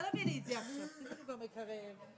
אנחנו עוד צריכים להקריא את התיקונים לחוק.